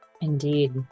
indeed